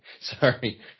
Sorry